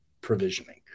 provisioning